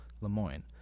Lemoyne